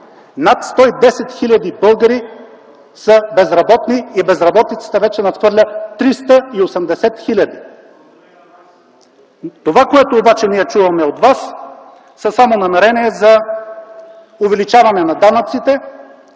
над 110 хиляди българи са безработни и безработицата вече надхвърля 380 хиляди. Това, което ние чуваме обаче от вас, са само намерения за увеличаване на данъците,